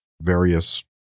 various